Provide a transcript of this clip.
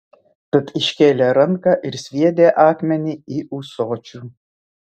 tad iškėlė ranką ir sviedė akmenį į ūsočių